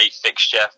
fixture